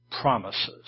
Promises